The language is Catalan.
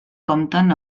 compten